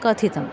कथितम्